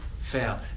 fail